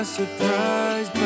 surprise